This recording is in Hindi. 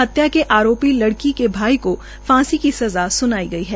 हत्या के आरोपी लड़की के भाई को फांसी की सजा स्नाई गई है